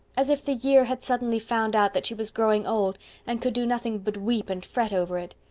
as if the year had suddenly found out that she was growing old and could do nothing but weep and fret over it.